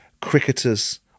cricketers